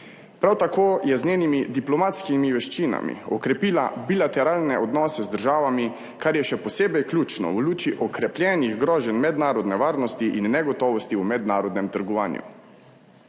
Prav tako je s svojimi diplomatskimi veščinami okrepila bilateralne odnose z državami, kar je še posebej ključno v luči okrepljenih groženj mednarodne varnosti in negotovosti v mednarodnem trgovanju.